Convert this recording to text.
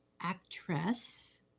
actress